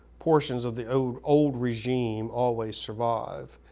portions of the old old regime always survive.